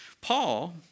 Paul